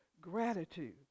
gratitude